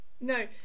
No